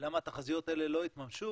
למה התחזיות האלה לא התממשו?